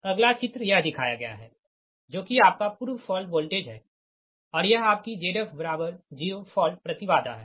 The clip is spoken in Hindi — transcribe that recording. अगला चित्र यह दिखाया गया है जो कि आपका पूर्व फॉल्ट वोल्टेज है और यह आपकी Zf0 फॉल्ट प्रति बाधा है